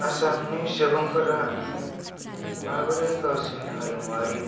आसामनि सुबुंफोरा माबोरै गावसिनि हारिमुवारि